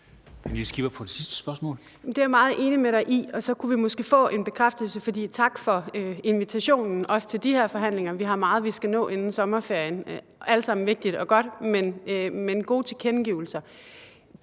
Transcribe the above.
Det er jeg meget enig med dig i. Så kunne vi måske få en bekræftelse – og tak for invitationen også til de her forhandlinger. Vi har meget, vi skal nå inden sommerferien – alt sammen vigtigt og godt – men det er gode tilkendegivelser.